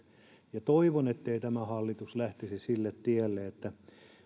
ja toivon ettei tämä hallitus lähtisi sille tielle että